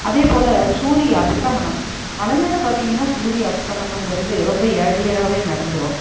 அதே போல் சூரிய அஸ்தமனம் மலை மேலே பார்த்திங்குனா சூரிய அஸ்த்தமனம்முங்கிறது ரொம்ப இயர்லியராகவே நடந்துரும்